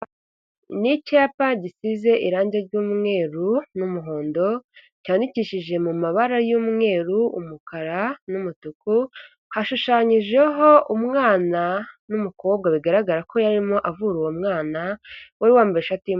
Ni icyapa gisize irangi ry'umweru n'umuhondo, cyandikishije mu mabara y'umweru, umukara n'umutuku, hashushanyijeho umwana n'umukobwa, bigaragara ko yarimo avura uwo mwana wari wambaye ishati.